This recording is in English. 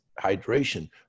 hydration